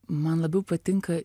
man labiau patinka